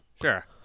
Sure